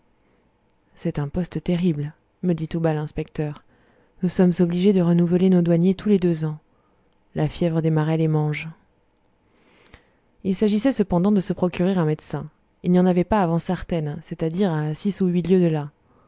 c'est un poste terrible me dit tout bas l'inspecteur nous sommes obligés de renouveler nos douaniers tous les deux ans la fièvre de marais les mange il s'agissait cependant de se procurer un médecin il n'y en avait pas avant sartène c'est-à-dire à six ou huit lieues de là